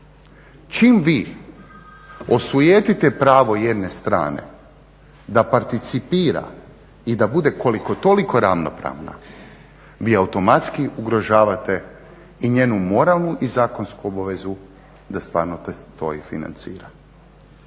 Čim vi osujetite pravo jedne strane da participira i da bude koliko toliko ravnopravna vi automatski ugrožavate i njenu moralnu i zakonsku obavezu da stvarno to isfinancira.